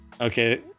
Okay